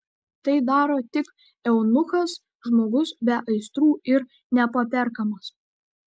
tai daro tik eunuchas žmogus be aistrų ir nepaperkamas